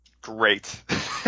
great